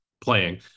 playing